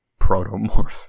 protomorph